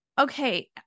Okay